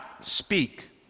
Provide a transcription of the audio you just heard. speak